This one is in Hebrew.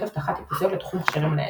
אבטחה טיפוסיות לתחום מכשירים ניידים.